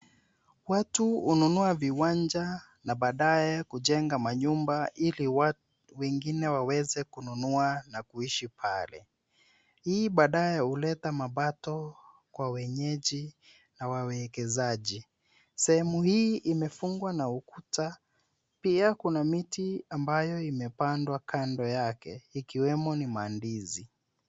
Watu hununua viwanja na baadaye kujenga manyumba ili wengine waweze kununua na kuishi pale. Hii baadaye huleta mapato kwa wenyeji na wawekezaji. Sehemu hii imefungwa na ukuta. Pia kuna miti ambayo imepandwa kando yake ikiwemo ni mandizi.